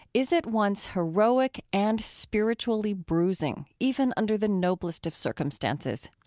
is at once heroic and spiritually bruising even under the noblest of circumstances.